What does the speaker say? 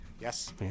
Yes